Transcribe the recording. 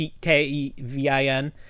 K-E-V-I-N